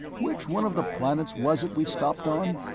which one of the planets was it we stopped on?